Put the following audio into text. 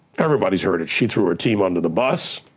everybody's heard it. she threw her team under the bus.